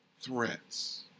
threats